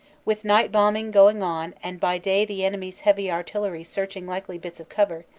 with night bombing going on and by day the enemy's heavy artillery searching likely bits of cover,